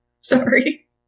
Sorry